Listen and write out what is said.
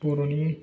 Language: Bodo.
बर'नि